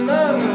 Love